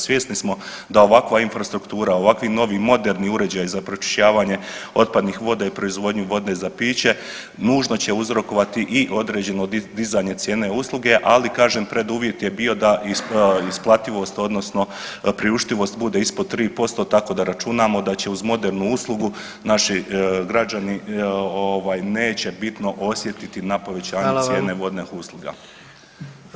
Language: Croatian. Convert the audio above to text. Svjesni smo da ovakva infrastruktura, ovakvi novi moderni uređaji za pročišćavanje otpadnih voda i proizvodnju vode za piće, nužno će uzrokovati i određeno dizanje cijene usluge, ali kažem, preduvjet je bio da isplativost, odnosno priuštivost bude ispod 3% tako da računamo da će uz modernu uslugu naši građani neće bitno osjetiti na povećanju cijene vodne usluge.